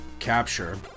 Capture